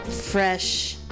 Fresh